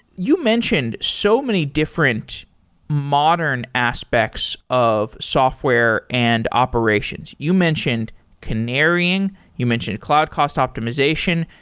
you mentioned so many different modern aspects of software and operations. you mentioned canarying, you mentioned cloud cost optimization,